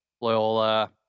Loyola